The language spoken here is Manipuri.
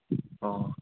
ꯑꯥ